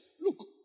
look